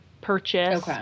purchase